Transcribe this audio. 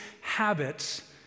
habits